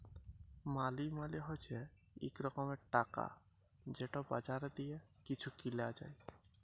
মালি মালে হছে ইক রকমের টাকা যেট বাজারে দিঁয়ে কিছু কিলা যায়